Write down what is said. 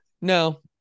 No